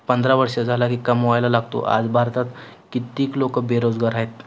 पंधरा वर्ष झाला की कमवायला लागतो आज भारतात कित्येक लोकं बेरोजगार आहेत